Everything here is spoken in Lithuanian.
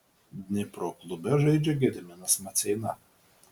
dnipro klube žaidžia gediminas maceina